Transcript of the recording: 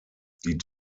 die